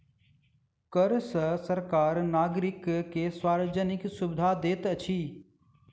कर सॅ सरकार नागरिक के सार्वजानिक सुविधा दैत अछि